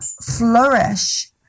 flourish